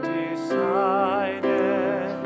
decided